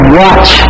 watch